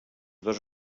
dos